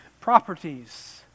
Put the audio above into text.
properties